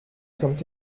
kommt